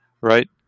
right